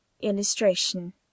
illustration